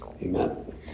amen